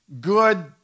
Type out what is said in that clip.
Good